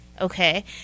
okay